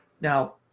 Now